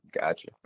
Gotcha